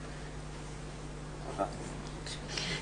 בבקשה.